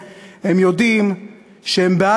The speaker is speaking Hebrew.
הם יודעים שאף אחד לא מאמין להם,